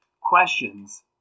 questions